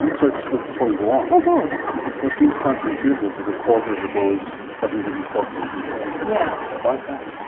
and so just but before you go on, that seems counterintuitive that a quarter of a dose doesn't give you quarter of an effect. yeah why is that?